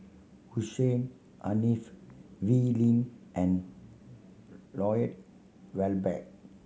Hussein Haniff Wee Lin and Lloyd Valberg